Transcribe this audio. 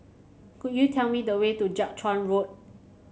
could you tell me the way to Jiak Chuan Road